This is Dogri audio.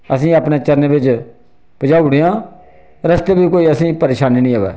असेंगी अपने चरणें बिच्च पजाई ओड़ेआं रस्ते च असें कोई परेशानी नी आवै